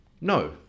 no